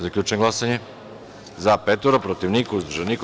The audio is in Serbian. Zaključujem glasanje: za – pet, protiv – niko, uzdržan – niko.